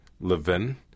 Levin